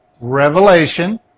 Revelation